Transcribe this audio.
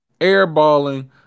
airballing